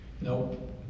Nope